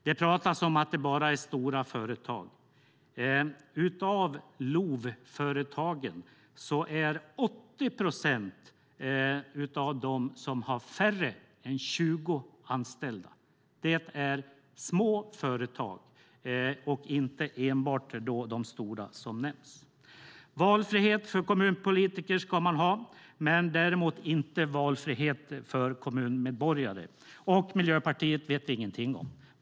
Det pratas om att det bara är stora företag. Av LOV-företagen har 80 procent färre än 20 anställda. Det är små företag och inte enbart de stora som nämnts. Valfrihet för kommunpolitiker ska man ha, däremot inte valfrihet för kommunmedborgare. Miljöpartiet vet vi ingenting om.